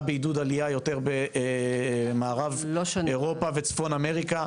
בעידוד עלייה יותר במערב אירופה וצפון אמריקה,